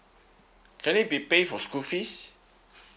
can it be pays for school fees